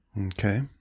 Okay